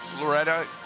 Loretta